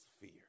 fear